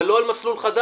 אבל לא אל מסלול חדש.